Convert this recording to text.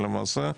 למעשה,